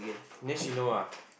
then she know lah